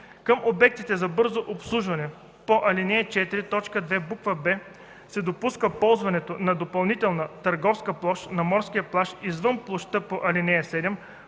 Към обектите за бързо обслужване по ал. 4, т. 2, буква „б” се допуска ползването на допълнителна търговска площ на морския плаж извън площта по ал. 7,